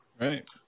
Right